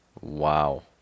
Wow